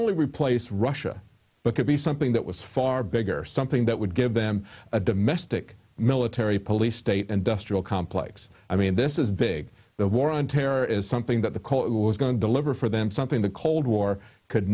only replace russia but could be something that was far bigger something that would give them a domestic military police state industrial complex i mean this is big the war on terror is something that the court was going to deliver for them something the cold war could